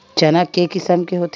चना के किसम के होथे?